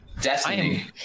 Destiny